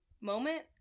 moment